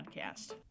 Podcast